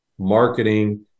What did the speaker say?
marketing